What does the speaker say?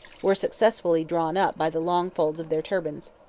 were successively drawn up by the long folds of their turbans.